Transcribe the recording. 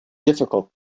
difficult